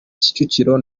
kicukiro